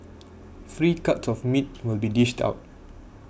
free cuts of meat will be dished out